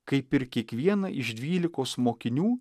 kaip ir kiekvieną iš dvylikos mokinių